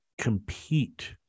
compete